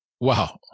Wow